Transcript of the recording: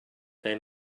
they